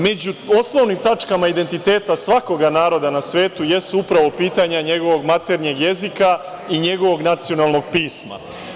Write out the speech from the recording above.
Među osnovnim tačkama identiteta svakoga naroda na svetu, jesu upravo pitanja njegovog maternjeg jezika i njegovog nacionalnog pisma.